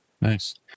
Nice